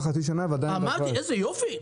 אמרתי: איזה יופי.